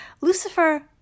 Lucifer